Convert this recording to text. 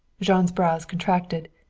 jean's brows contracted.